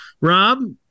Rob